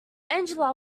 angela